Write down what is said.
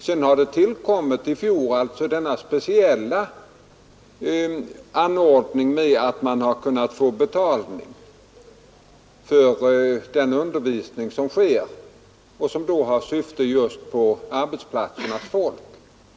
Sedan tillkom i fjol denna speciella anordning att man har kunnat få betalning för den undervisning som sker och som då gäller arbetsplatsernas folk.